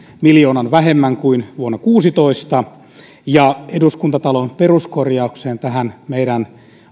miljoonan vähemmän kuin vuonna kuusitoista ja eduskuntatalon peruskorjaukseen tähän meidän